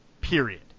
Period